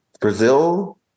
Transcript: Brazil